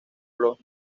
los